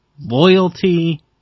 loyalty